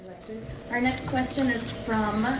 our next question is from